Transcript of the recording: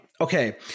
Okay